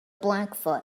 blackfoot